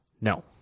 No